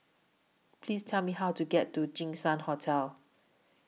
Please Tell Me How to get to Jinshan Hotel